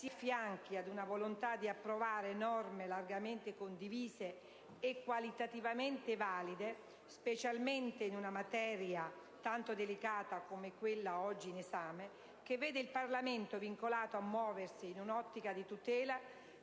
si affianchi ad una volontà di approvare norme largamente condivise e qualitativamente valide, specialmente in una materia tanto delicata come quella oggi in esame che vede il Parlamento vincolato a muoversi in un'ottica di tutela